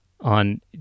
on